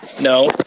No